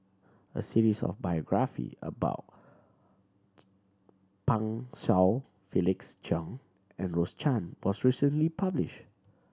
a series of biography about Pan Shou Felix Cheong and Rose Chan was recently published